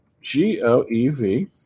G-O-E-V